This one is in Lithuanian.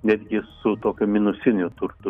netgi su tokiu minusiniu turtu